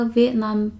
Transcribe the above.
Vietnam